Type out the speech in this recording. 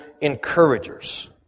encouragers